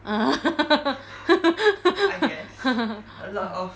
err